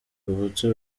kavutse